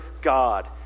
God